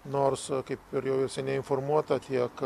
nors kaip ir jau ir seniai informuota tiek